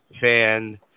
fan